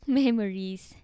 memories